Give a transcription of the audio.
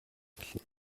болно